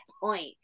point